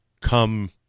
come